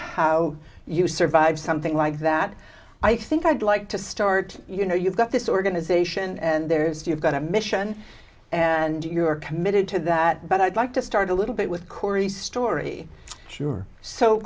how you survive something like that i think i'd like to start you know you've got this organization and there's a you've got a mission and you're committed to that but i'd like to start a little bit with corey story sure so